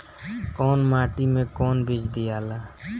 कौन माटी मे कौन बीज दियाला?